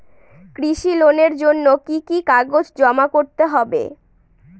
কৃষি লোনের জন্য কি কি কাগজ জমা করতে হবে?